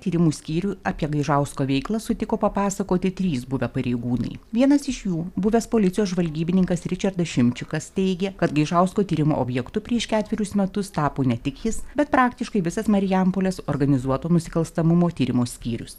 tyrimų skyrių apie gaižausko veiklą sutiko papasakoti trys buvę pareigūnai vienas iš jų buvęs policijos žvalgybininkas ričardas šimčikas teigė kad gaižausko tyrimo objektu prieš ketverius metus tapo ne tik jis bet praktiškai visas marijampolės organizuoto nusikalstamumo tyrimo skyrius